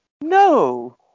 no